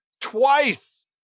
twice